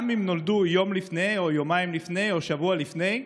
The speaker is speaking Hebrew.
גם אם נולדו יום לפני או יומיים לפני או שבוע לפני,